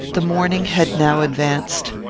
the morning had now advanced.